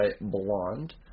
Blonde